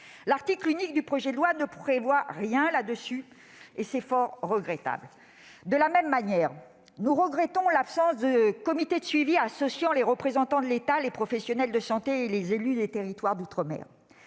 L'article unique du projet de loi ne prévoit rien sur ce sujet et c'est fort regrettable. De la même manière, nous regrettons l'absence de comité de suivi associant les représentants de l'État, les professionnels de santé et les élus des territoires d'outre-mer.